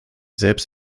selbst